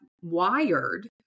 wired